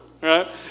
right